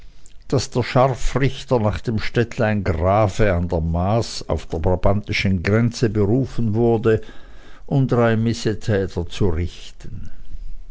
daß der scharfrichter nach dem städtlein grave an der maas auf der brabantischen grenze berufen wurde um drei missetäter zu richten